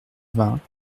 vingt